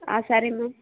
ಆಂ ಸರಿ ಮ್ಯಾಮ್